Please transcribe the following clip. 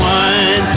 one